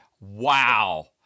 Wow